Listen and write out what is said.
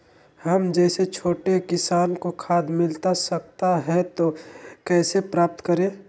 हम जैसे छोटे किसान को खाद मिलता सकता है तो कैसे प्राप्त करें?